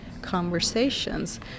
conversations